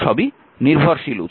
সুতরাং এগুলি নির্ভরশীল উৎস